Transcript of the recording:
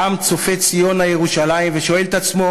העם צופה ציונה ירושלים ושואל את עצמו: